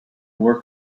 work